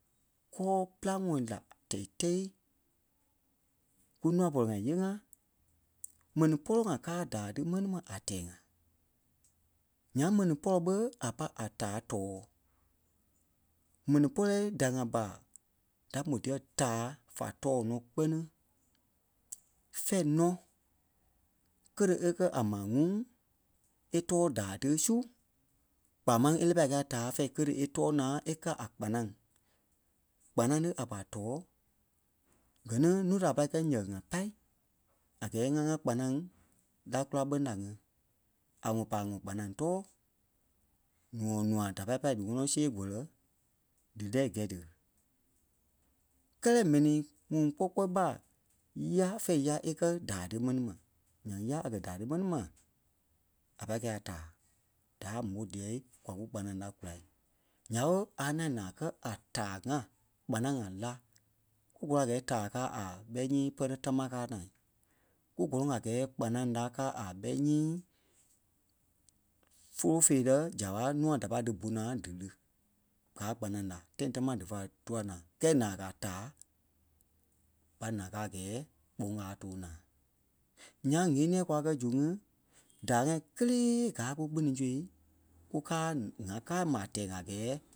kú pîlaŋɔɔ la tɛi-tɛ́i ku nûa pɔlɔ nyee-ŋa mɛni pɔlɔ ŋai káa daai di mɛni mai a tɛɛ-ŋa. Nyaŋ mɛni pɔlɔ ɓé a pa a taa tɔɔ. Mɛni pɔlɔ da ŋai ɓa da mò díyɛɛ taa fá tɔɔ nɔ kpɛ́ni fɛ̂ɛ nɔ kele a kɛ̀ a maa ŋuŋ é tɔɔ daai ti su kpaa máŋ a lɛ́ɛ pâi kɛ̂i taa fɛ̂ɛ kele e tɔɔ naa a kɛ̀ a kpanaŋ. Kpanaŋ tí a pá tɔɔ gɛ ni núu da a pâi kɛ̂i yɛ̂ ŋa pâi a gɛɛ ŋa ŋa kpanaŋ lá kula bɛ ŋaŋ ŋí a wɔ̂ pa a ŋɔ kpanaŋ tɔɔ ŋɔnûa da pai pâi dí ŋɔnɔ see kɔlɛ dí lɛ́ɛ gɛ̂i ti. Kɛ́lɛ mɛni ŋuŋ kpɔ́ kpɔɔi ɓa ya fɛ̂ɛ ya e kɛ̀ daai tí mɛni ma. Nyaŋ ya a kɛ̀ daai ti mɛni ma, a pâi kɛ̂i a taa. Da mò diyɛɛ, kwa kù kpanaŋ la kùla. Nya ɓé a ŋaŋ naa kɛ̀ a táa ŋai kpanaŋ-ŋai la. Ku gɔlɔŋ a gɛɛ taa káa a ɓɛi nyii pɛrɛ tamaa káa naa. Ku gɔlɔŋ a gɛɛ kpanaŋ la káa a ɓɛi nyii folo feerɛ zaaɓa nûa da pa dí bu naa di lí. Gàa kpanaŋ la tãi támaa dífa tua naa kɛɛ naa a kɛ̀ a taa ɓa naa káa a gɛɛ kpɔŋ a tòo naa. Nyaŋ ŋ̀éniɛi kwa kɛ́ zu ŋí daai ŋai kélee káa ku kpiniŋ sui kukaa ŋaa káa ma a tɛɛ ŋa a gɛɛ